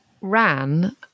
ran